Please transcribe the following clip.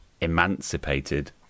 Emancipated